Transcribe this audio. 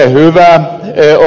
onko se riittävä